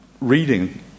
reading